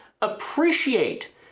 appreciate